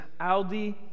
Aldi